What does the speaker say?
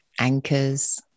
anchors